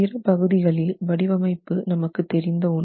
பிற பகுதிகளில் வடிவமைப்பு நமக்கு தெரிந்த ஒன்று